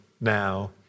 now